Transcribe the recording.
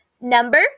Number